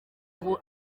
ubu